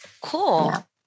Cool